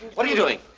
what are you doing?